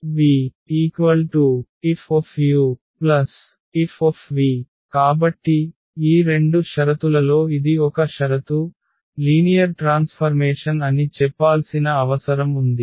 కాబట్టి ఈ రెండు షరతులలో ఇది ఒక షరతు లీనియర్ ట్రాన్స్ఫర్మేషన్ అని చెప్పాల్సిన అవసరం ఉంది